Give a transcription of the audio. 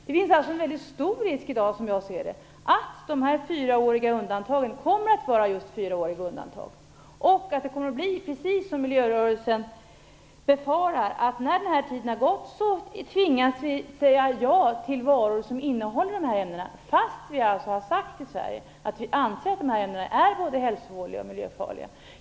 Det finns således en mycket stor risk för att de fyraåriga undantagen bara kommer att vara just fyraåriga undantag. Det är risk för att det kommer att bli precis som miljörörelsen befarar, när den här tiden har gått tvingas vi säga ja till varor som innehåller dessa ämnen. Detta kan ske trots att vi i Sverige har sagt att vi anser att de här ämnena är både hälsovådliga och miljöfarliga.